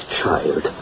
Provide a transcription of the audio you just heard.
child